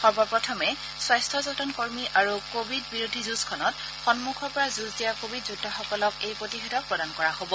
সৰ্বপ্ৰথমে স্বাস্থযতন কৰ্মী আৰু কোৱিড বিৰোধী যুজখনত সন্মুখৰ পৰা যুজ দিয়া কোৱিড যোদ্ধাসকলক এই প্ৰতিযেধক প্ৰদান কৰা হব